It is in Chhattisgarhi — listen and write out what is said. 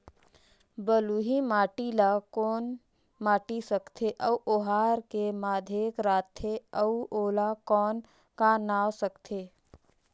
बलुही माटी ला कौन माटी सकथे अउ ओहार के माधेक राथे अउ ओला कौन का नाव सकथे?